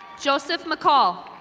joseph mccull.